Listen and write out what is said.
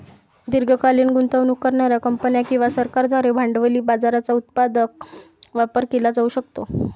दीर्घकालीन गुंतवणूक करणार्या कंपन्या किंवा सरकारांद्वारे भांडवली बाजाराचा उत्पादक वापर केला जाऊ शकतो